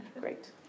Great